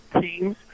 teams